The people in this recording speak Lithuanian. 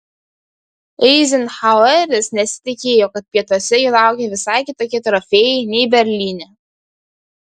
eizenhaueris nesitikėjo kad pietuose jo laukia visai kitokie trofėjai nei berlyne